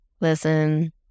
Listen